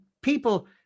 people